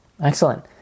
Excellent